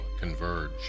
converge